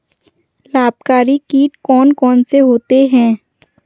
लाभकारी कीट कौन कौन से होते हैं?